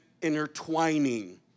intertwining